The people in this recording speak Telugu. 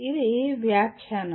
ఇవి వ్యాఖ్యానం